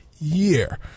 year